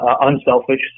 unselfish